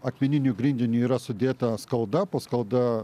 akmeniniu grindiniu yra sudėta skalda po skalda